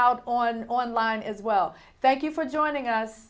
out on online as well thank you for joining us